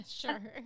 sure